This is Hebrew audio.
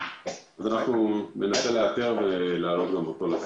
אנחנו ננסה לאתר מישהו כזה ולהעלות אותו לשיחה.